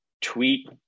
tweet